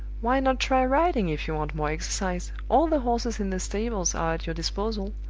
why not try riding, if you want more exercise all the horses in the stables are at your disposal.